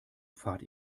pfad